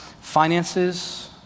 finances